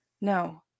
No